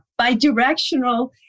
bidirectional